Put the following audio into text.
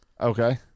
Okay